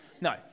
No